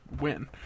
win